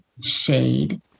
shade